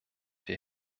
wir